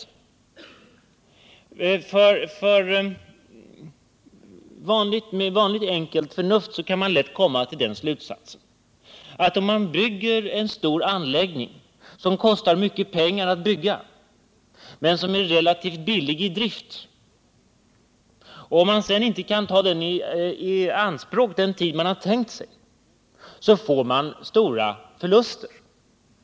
Med vanligt enkelt förnuft kan man lätt komma fram till slutsatsen att om man bygger en stor anläggning, som kostar mycket pengar att bygga men som är relativt billig i drift, och om man sedan inte kan ta denna anläggning i anspråk den tid man har tänkt sig, så får man stora förluster.